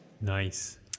Nice